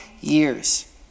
years